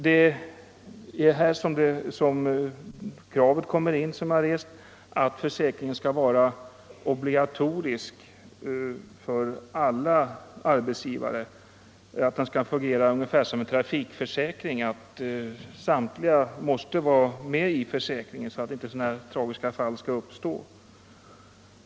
Det är där som de krav kommer in som jag rest, att försäkringen skall vara obligatorisk för alla arbetsgivare, alltså att den skall fungera på samma sätt som en trafikförsäkring och att samtliga arbetsgivare måste vara med i försäkringen. Då kan inte sådana här tragiska fall uppstå.